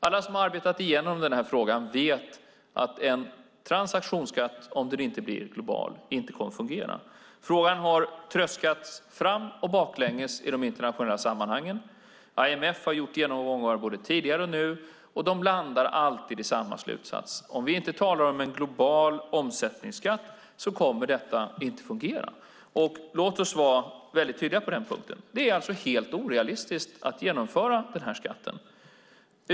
Alla som har arbetat igenom denna fråga vet att en transaktionsskatt inte kommer att fungera om den inte blir global. Frågan har tröskats fram och baklänges i de internationella sammanhangen. IMF har gjort genomgångar både tidigare och nu, och de landar alltid i samma slutsats: Om vi inte talar om en global omsättningsskatt kommer detta inte att fungera. Låt oss vara väldigt tydliga på denna punkt. Det är alltså helt orealistiskt att genomföra denna skatt.